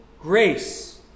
grace